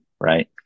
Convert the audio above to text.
right